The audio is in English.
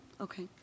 Okay